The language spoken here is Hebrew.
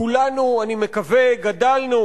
כולנו, אני מקווה, גדלנו